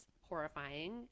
horrifying